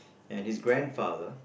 and his grandfather